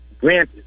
granted